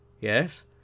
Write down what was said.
yes